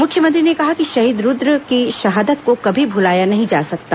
मुख्यमंत्री ने कहा कि शहीद रूद्र की शहादत को कभी भुलाया नहीं जा सकता